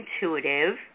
intuitive